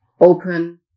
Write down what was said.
open